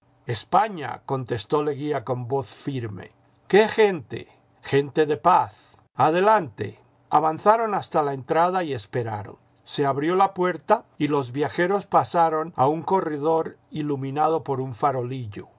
españa contestó leguía con voz firme qué gente gente de paz adelante avanzaron hasta la entrada y esperaron se abrió la puerta y los viajeros pasaron a ua corredor iluminado por un farolillo